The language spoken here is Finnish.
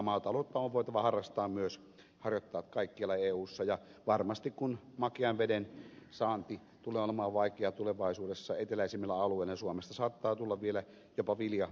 maataloutta on voitava myös harjoittaa kaikkialla eussa ja varmasti kun makean veden saanti tulee olemaan vaikeaa tulevaisuudessa eteläisimmillä alueilla suomesta saattaa tulla vielä jopa vilja aitta